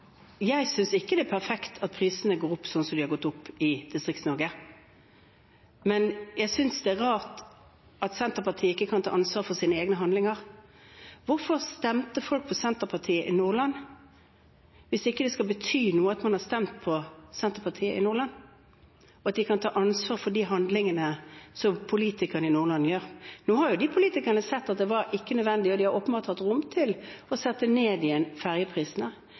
Jeg synes ikke det er perfekt at prisene går opp, sånn som de har gjort i Distrikts-Norge, men jeg synes det er rart at Senterpartiet ikke kan ta ansvar for egne handlinger. Hvorfor stemte folk på Senterpartiet i Nordland, hvis det ikke skal bety noe at man har stemt på Senterpartiet i Nordland, og at de kan ta ansvar for de handlingene som politikerne i Nordland gjør? Nå har de politikerne sett at det ikke var nødvendig, og de har åpenbart hatt rom for å sette ned igjen